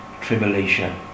tribulation